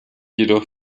jedoch